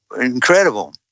incredible